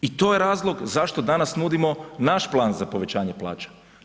I to je razlog zašto danas nudimo naš plan za povećanje plaća.